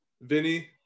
Vinny